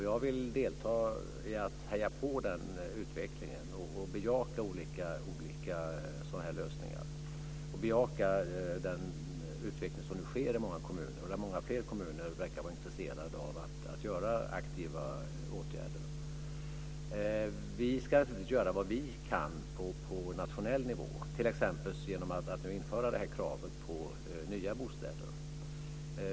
Jag vill delta i att heja på den utvecklingen och bejaka olika lösningar och den utveckling som nu sker i många kommuner. Många fler kommuner verkar vara intresserade att göra aktiva åtgärder. Vi ska naturligtvis göra vad vi kan på nationell nivå, t.ex. genom att nu införa detta krav på nya bostäder.